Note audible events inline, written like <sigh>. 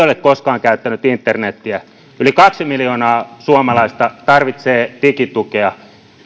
<unintelligible> ole koskaan käyttänyt internetiä yli kaksi miljoonaa suomalaista tarvitsee digitukea